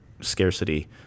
scarcity